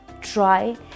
try